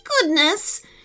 goodness